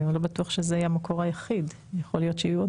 גם לא בטוח שזה יהיה המקור היחיד; יכול להיות שיהיו עוד